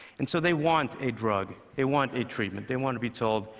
and so they want a drug. they want a treatment. they want to be told,